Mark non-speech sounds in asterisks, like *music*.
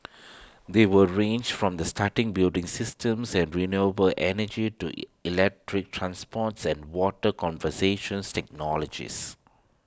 *noise* they will range from the starting building systems and renewable energy to electric transports and water conservations technologies